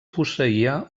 posseïa